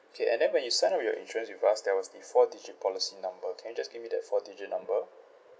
okay and then when you signed up your insurance with us there was the four digit policy number can you just give me that four digit number